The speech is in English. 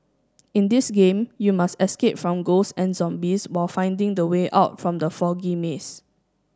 in this game you must escape from ghost and zombies while finding the way out from the foggy maze